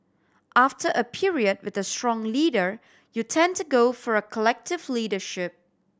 after a period with a strong leader you tend to go for a collective leadership